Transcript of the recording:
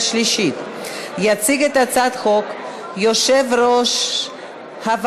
הצעת החוק עברה בקריאה ראשונה וחוזרת